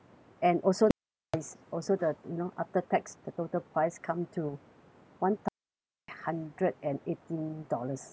and also the price also the you know after tax the total price come to one thousand eight hundred and eighty dollars